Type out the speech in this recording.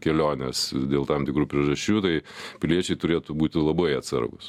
kelionės dėl tam tikrų priežasčių tai piliečiai turėtų būti labai atsargūs